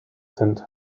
sind